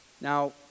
Now